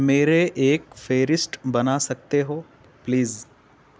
میرے ایک فہرست بنا سکتے ہو پلیز